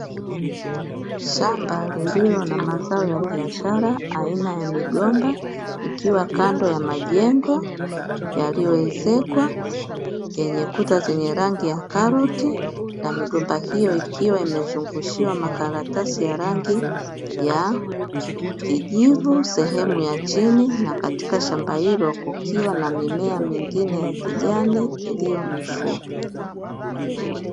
Shamba lililo na mazao ya biashara aina ya migomba ikiwa kando ya majengo yaliyowezezekwa yenye kuta zenye rangi ya karoti na migomba hiyo, ikiwa imezungushiwa makaratasi ya rangi ya kijivu sehemu ya chini na katika shamba hilo kukiwa na mimea mingine ya kijani iliyo mifupi.